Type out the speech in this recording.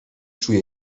czuję